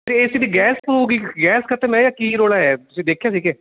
ਏ C ਦੀ gas ਪਊਗੀ gas ਖਤਮ ਹੈ ਜਾਂ ਕੀ ਰੋਲਾ ਹੈ ਤੁਸੀਂ ਦੇਖਿਆ ਸੀ ਕੇ